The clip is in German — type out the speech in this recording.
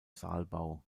saalbau